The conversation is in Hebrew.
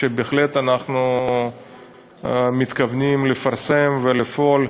ובהחלט אנחנו מתכוונים לפרסם ולפעול,